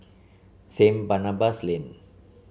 Saint Barnabas Lane